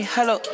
Hello